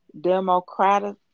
democratic